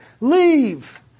Leave